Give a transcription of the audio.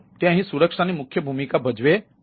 તે અહીં સુરક્ષા ની મુખ્ય ભૂમિકા ભજવે છે